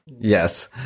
Yes